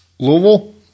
louisville